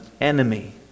enemy